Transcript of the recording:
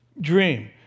dream